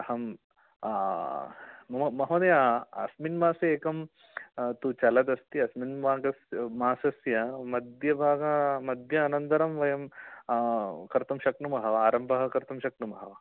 अहं महो महोदया अस्मिन् मासे एकं तु चलदस्ति अस्मिन् मासस्य मध्यभागः मध्य अनन्तरं वयं कर्तुं शक्नुमः वा आरम्भः कर्तुं शक्नुमः